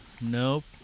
Nope